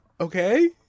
Okay